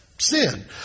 Sin